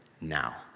now